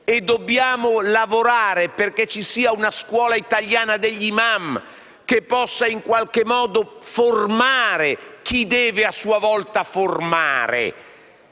e dobbiamo lavorare perché ci sia una scuola italiana degli Imam, che possa in qualche modo formare chi deve a sua volta formare.